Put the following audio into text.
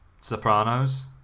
Sopranos